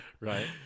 right